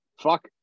Fuck